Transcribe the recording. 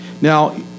Now